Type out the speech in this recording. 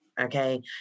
okay